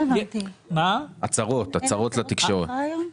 הצהרות לתקשורת.